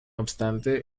obstante